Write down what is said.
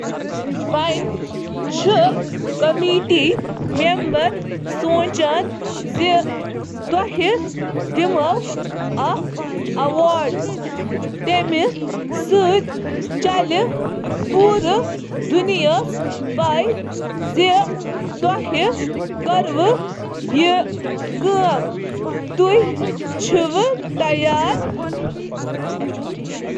وۄنۍ چھِ کمیٹی ممبرَن سونچان زِ تۄہہِ یِیہِ ایوارڈ دِنہٕ، تۄہہِ چھِو زبردست کٲم کٔرمٕژ کیا تُہۍ چھِو تیار۔